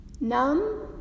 Numb